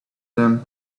them